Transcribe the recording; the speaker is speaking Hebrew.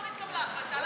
לא נתקבלה החלטה.